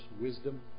wisdom